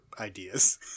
ideas